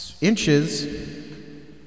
inches